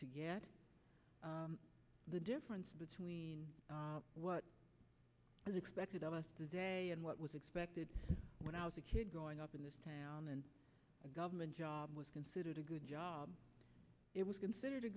to get the difference between what is expected of us today and what was expected when i was a kid growing up in this town and a government job was considered a good job it was considered a